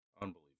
Unbelievable